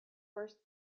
first